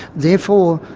therefore,